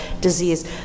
disease